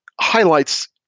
highlights